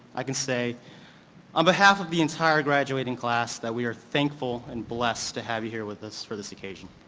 i can say on behalf of the entire graduating class that we are thankful and blessed to have you here with us for this occasion.